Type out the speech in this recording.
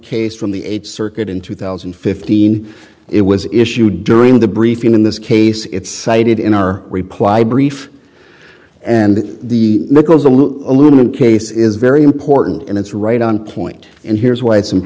case from the eighth circuit in two thousand and fifteen it was issued during the brief in this case it's cited in our reply brief and the macos aluminum case is very important and it's right on point and here's why